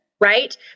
Right